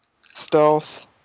stealth